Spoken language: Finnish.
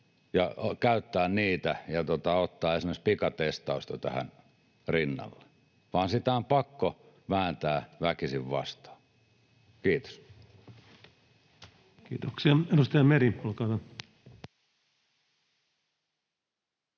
käyttää niitä ja ottaa esimerkiksi pikatestausta tähän rinnalle vaan on pakko vääntää väkisin vastaan? — Kiitos. [Aki Lindén: Eiköhän